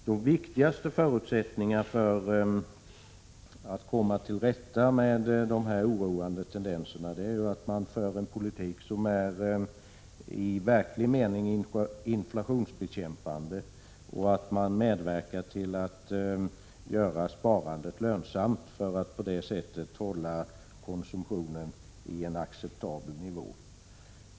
De viktigaste förutsättningarna för att komma till rätta med dessa oroande tendenser är ju att föra en politik som är i verklig mening inflationsbekämpande och att medverka till att göra sparandet lönsamt för att på det sättet hålla konsumtionen på en acceptabel nivå.